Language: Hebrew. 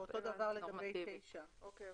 אותו הדבר לגבי סעיף 9. הבנתי.